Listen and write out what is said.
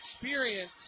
experience